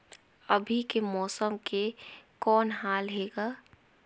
अभी के मौसम के कौन हाल हे ग?